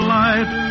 life